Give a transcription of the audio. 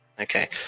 Okay